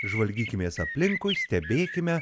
žvalgysimės aplinkui stebėkime